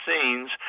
scenes